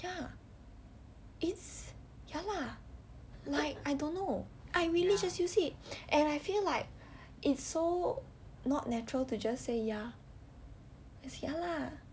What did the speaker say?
ya it's ya lah like I don't know I really just use it and I feel like it's so not natural to just say ya is ya lah